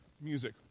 Music